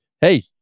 hey